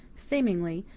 seemingly,